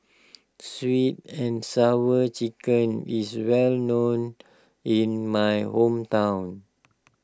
Sweet and Sour Chicken is well known in my hometown